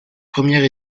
première